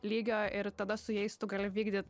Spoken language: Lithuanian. lygio ir tada su jais tu gali vykdyt